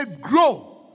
grow